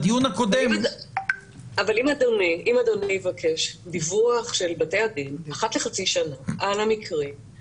אבל אם אדוני יבקש דיווח של בתי הדין אחת לחצי שנה על המקרים,